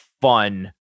fun